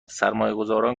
سرمایهگذاران